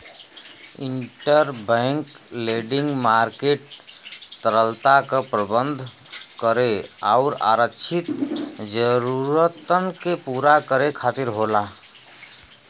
interbank lending market तरलता क प्रबंधन करे आउर आरक्षित जरूरतन के पूरा करे खातिर होला